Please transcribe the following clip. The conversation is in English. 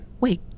Wait